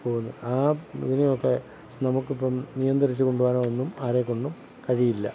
പോകുന്നത് ആ ഇതിനും ഒക്കെ നമുക്കിപ്പം നിയന്ത്രിച്ച് കൊണ്ടുപോകാനോ ഒന്നും ആരെക്കൊണ്ടും കഴിയില്ല